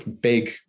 big